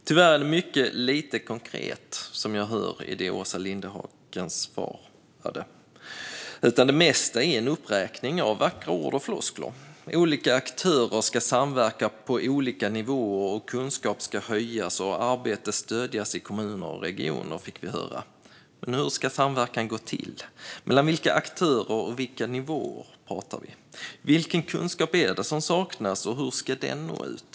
Tyvärr hör jag mycket lite konkret i Åsa Lindhagens svar. Det mesta är en uppräkning av vackra ord och floskler. Vi fick höra att olika aktörer ska samverka på olika nivåer, att kunskapen ska höjas och att arbete ska stödjas i kommuner och regioner. Men hur ska samverkan gå till? Mellan vilka aktörer och vilka nivåer gäller det? Vilken kunskap är det som saknas, och hur ska den nå ut?